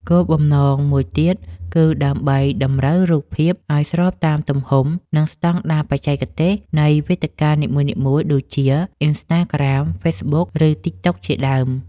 គោលបំណងមួយទៀតគឺដើម្បីតម្រូវរូបភាពឱ្យស្របតាមទំហំ និងស្ដង់ដារបច្ចេកទេសនៃវេទិកានីមួយៗដូចជា អ៊ីនស្តាក្រាម, ហ្វេសប៊ុក ឬ តីកតុកជាដើម។